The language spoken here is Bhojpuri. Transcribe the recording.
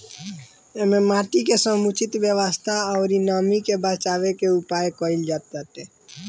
एमे माटी के समुचित व्यवस्था अउरी नमी के बाचावे के उपाय भी कईल जाताटे